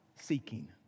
seeking